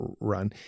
run